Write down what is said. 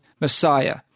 Messiah